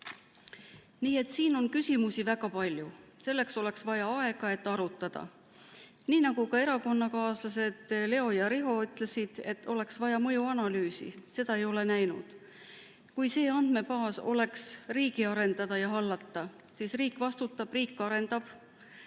Nii et siin on küsimusi väga palju. Selleks oleks vaja aega, et arutada. Nii nagu ka erakonnakaaslased Leo ja Riho ütlesid, oleks vaja mõjuanalüüsi. Seda ei ole ma näinud. Kui see andmebaas oleks riigi arendada ja hallata, siis riik vastutaks, riik arendaks,